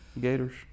gators